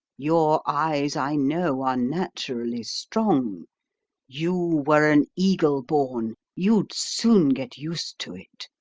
your eyes, i know, are naturally strong you were an eagle born you'd soon get used to it.